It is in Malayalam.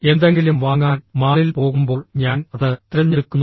എന്തെങ്കിലും വാങ്ങാൻ മാളിൽ പോകുമ്പോൾ ഞാൻ അത് തിരഞ്ഞെടുക്കുന്നു